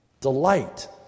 delight